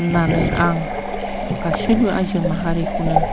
होननानै आं गासैबो आयजो माहारिखौनो